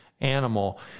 animal